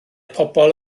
pobol